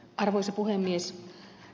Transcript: arvoisa puhemies